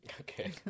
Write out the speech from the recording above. Okay